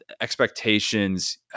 expectations